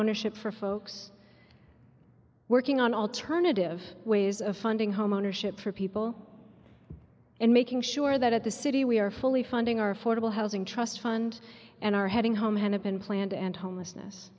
ownership for folks working on alternative ways of funding homeownership for people and making sure that at the city we are fully funding our affordable housing trust fund and are heading home hennepin planned and homelessness